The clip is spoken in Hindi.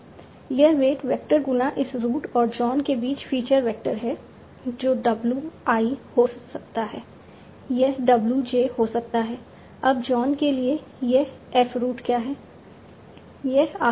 यह वेट वेक्टर गुणा इस रूट और जॉन के बीच फीचर वेक्टर है जो W I हो सकता है यह W j हो सकता है अब जॉन के लिए यह F रूट क्या है